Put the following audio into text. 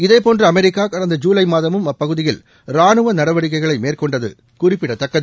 இதேபோன்று அமெரிக்கா கடந்த ஜுலை மாதமும் அப்பகுதியில் ராணுவ நடவடிக்கைகளை மேற்கொண்டது குறிப்பிடத்தக்கது